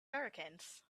hurricanes